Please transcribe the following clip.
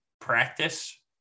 practice